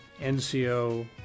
NCO